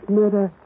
murder